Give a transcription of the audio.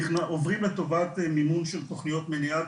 עוברים לטובת מימון של תכניות מניעה,